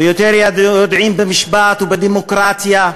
ויודעים יותר משפט ודמוקרטיה,